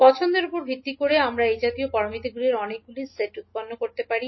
পছন্দের উপর ভিত্তি করে আমরা এই জাতীয় প্যারামিটারগুলির অনেকগুলি সেট উত্পন্ন করতে পারি